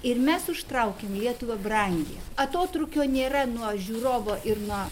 ir mes užtraukiam lietuva brangi atotrūkio nėra nuo žiūrovo ir nuo